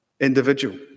individual